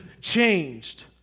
changed